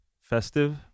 festive